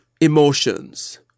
emotions